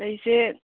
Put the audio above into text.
ꯂꯩꯁꯦ